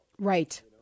Right